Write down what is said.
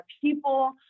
people